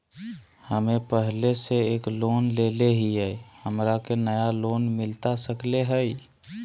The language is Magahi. हमे पहले से एक लोन लेले हियई, हमरा के नया लोन मिलता सकले हई?